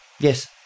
Yes